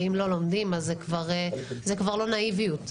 ואם לא לומדים אז זה כבר לא נאיביות,